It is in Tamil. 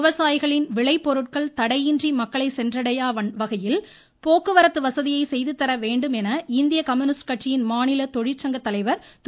விவசாயிகளின் விளை பொருட்கள் தடையின்றி மக்களை சென்றடைய வகையில் போக்குவரத்து வசதியை செய்து தர வேண்டும் என இந்திய கம்யூனிஸ்ட் கட்சியின் மாநில தொழிற்சங்க தலைவர் திரு